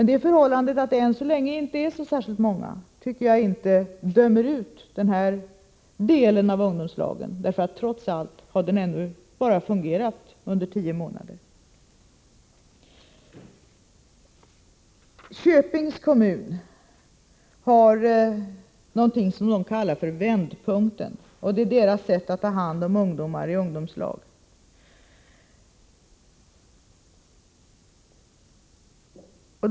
Det förhållandet att det än så länge inte är så särskilt många tycker jag inte dömer ut den här delen av ungdomslagen — trots allt har den fungerat bara under tio månader. Köpings kommun har någonting som kallas Vändpunkten. Det är kommunens sätt att ta hand om ungdomar i ungdomslagen.